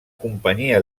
companyia